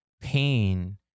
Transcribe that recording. pain